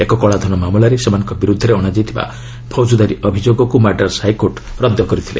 ଏକ କଳାଧନ ମାମଲାରେ ସେମାନଙ୍କ ବିରୁଦ୍ଧରେ ଅଣାଯାଇଥିବା ଫୌଜଦାରୀ ଅଭିଯୋଗକୁ ମାଡ଼ାସ୍ ହାଇକୋର୍ଟ ରଦ୍ଦ କରିଥିଲେ